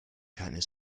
keine